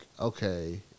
Okay